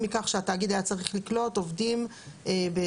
מכך שהתאגיד היה צריך לקלוט עובדים ברמות